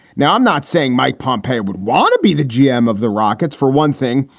now, i'm not saying mike pompei would want to be the gm of the rockets, for one thing.